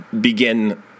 begin